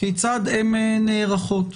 כיצד הן נערכות.